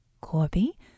Corby